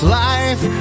life